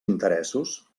interessos